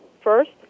First